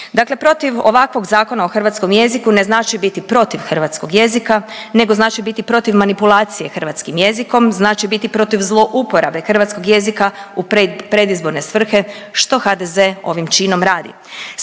Dakle, protiv ovakvog Zakona o hrvatskom jeziku ne znači biti protiv hrvatskog jezika nego znači biti protiv manipulacije hrvatskim jezikom. Znači biti protiv zlouporabe hrvatskog jezika u predizborne svrhe što HDZ ovim činom radi.